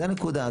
זו הנקודה.